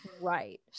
right